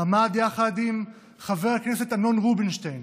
ויחד עם חבר הכנסת אמנון רובינשטיין